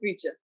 Future